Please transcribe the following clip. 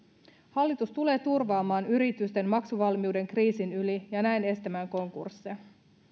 hallitus tulee turvaamaan yritysten maksuvalmiuden kriisin yli ja näin estämään konkursseja